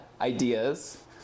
ideas